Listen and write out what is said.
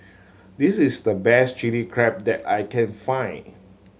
this is the best Chilli Crab that I can find